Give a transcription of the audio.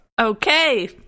Okay